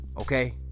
Okay